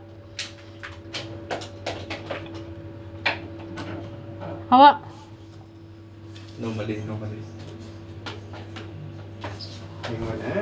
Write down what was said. !huh!